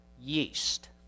yeast